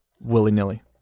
willy-nilly